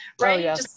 right